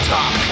Talk